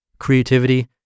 Creativity